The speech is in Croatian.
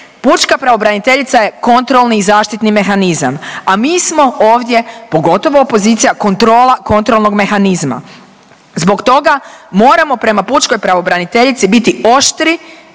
Pučka pravobraniteljica je kontrolni i zaštitni mehanizam, a mi smo ovdje pogotovo opozicija kontrola kontrolnog mehanizma. Zbog toga moramo prema pučkoj pravobraniteljici biti oštri